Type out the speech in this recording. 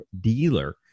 dealer